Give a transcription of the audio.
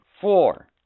Four